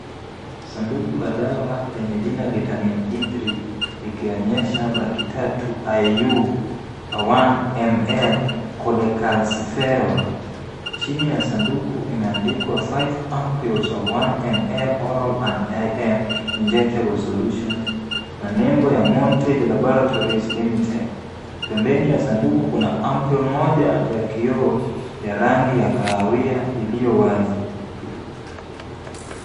Sanduku la dawa lenye jina Vitamin D3 likionyesha 300,000 IU per 1ml Cholecalciferol . Chini ya sanduku imeandikwa 5 ampoules of 1ml oral and IM injectable solutions na nembo ya Montage Laboratories Limited. Pembeni ya sanduku kuna ampoule moja ya kioo ya rangi ya kahawia iliyo wazi.